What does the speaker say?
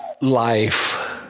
life